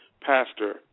pastor